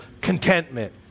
contentment